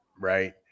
right